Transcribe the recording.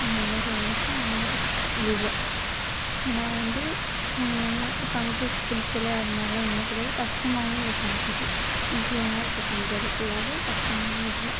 எங்கள் அம்மா சொன்னதை வச்சு நான் தான் கற்றுக்கிட்டேன் லீவில் நான் வந்து சமைக்க பிடிக்கல அதுமாதிரிலாம் எதுவுமே கிடையாது கஷ்டமாகவும் இல்லை சமைக்கிறது ஈஸியாகதான் இருக்கு சமைக்கிறது ஃபுல்லாகவே கஷ்டமாகவே இல்லை